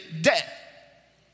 debt